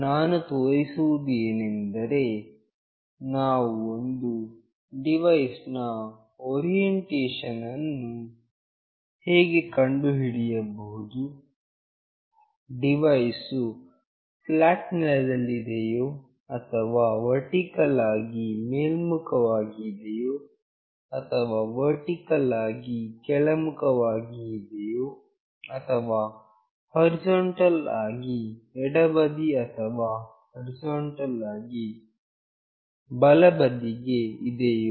ನಾವು ತೋರಿಸುವುದು ಏನೆಂದರೆ ನಾವು ಒಂದು ಡಿವೈಸ್ ನ ಓರಿಯೆಂಟೇಷನ್ ಅನ್ನು ಹೇಗೆ ಕಂಡುಹಿಡಿಯಬಹುದು ಡಿವೈಸ್ ವು ಫ್ಲಾಟ್ ನೆಲದಲ್ಲಿ ಇದೆಯೋ ಅಥವಾ ವರ್ಟಿಕಲ್ ಆಗಿ ಮೇಲ್ಮುಖವಾಗಿ ಇದೆಯೋ ಅಥವಾ ವರ್ಟಿಕಲ್ ಆಗಿ ಕೆಳಮುಖವಾಗಿ ಇದೆಯೇ ಅಥವಾ ಹೊರಿಜಾಂಟಲ್ ಆಗಿ ಎಡಬದಿ ಅಥವಾ ಹೊರಿಜಾಂಟಲ್ ಆಗಿ ಬಲಬದಿಗೆ ಇದೆಯೋ